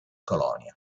colonia